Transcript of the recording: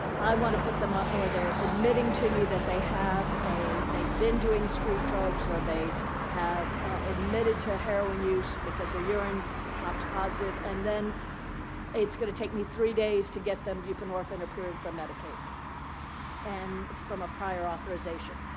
i want to put them ah or they're admitting to me that they have a they've been doing street drugs. or they have admitted to heroin use because their ah urine popped positive. and then it's going to take me three days to get them buprenorphine approved from medicaid and from a prior authorization.